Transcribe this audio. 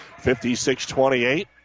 56-28